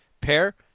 pair